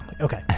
okay